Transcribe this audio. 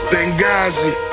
Benghazi